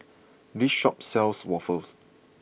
this shop sells waffles